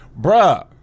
bruh